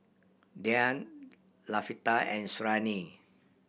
Dian Latifa and Suriani